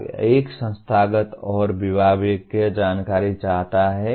भाग 1 संस्थागत और विभागीय जानकारी चाहता है